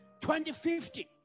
2050